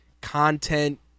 content